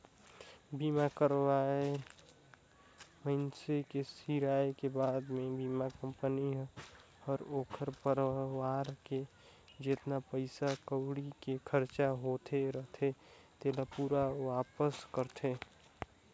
बीमा करवाल मइनसे के सिराय के बाद मे बीमा कंपनी हर ओखर परवार के जेतना पइसा कउड़ी के खरचा होये रथे तेला पूरा वापस करथे